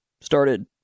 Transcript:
started